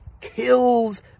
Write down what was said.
kills